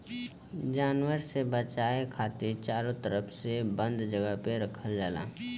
जानवर से बचाये खातिर चारो तरफ से बंद जगह पे रखल जाला